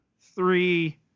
three